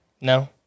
No